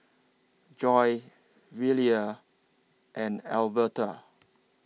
Joi Velia and Alverta